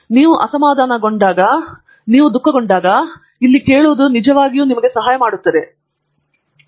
ನೀವು ಅಸಮಾಧಾನಗೊಂಡಾಗ ನೀವು ದುಃಖಗೊಂಡಾಗ ನಿಮ್ಮ ದುಃಖವನ್ನು ಸುರಿಯುತ್ತಾ ಇಲ್ಲಿ ಕೇಳುವುದು ನಿಜವಾಗಿಯೂ ನಿಮಗೆ ಸಹಾಯ ಮಾಡುತ್ತದೆ ಎಂದು ಅವರು ಹೇಳುವಂತಹ ಸರಳ ಚರ್ಚೆ